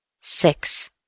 SIX